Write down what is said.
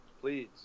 please